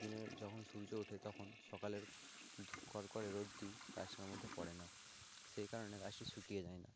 দিনের যখন সূর্য ওঠে তখন সকালের কড়কড়ে রোদটি গাছটার মধ্যে পড়ে না সেই কারণে গাছটি শুকিয়ে যায় না